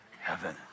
heaven